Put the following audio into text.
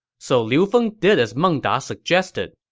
so liu feng did as meng da suggested.